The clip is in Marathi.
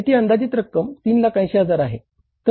आता ती अंदाजित रक्कम 380000 आहे